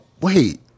Wait